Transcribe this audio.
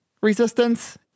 resistance